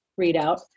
readout